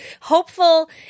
hopeful